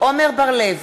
עמר בר-לב,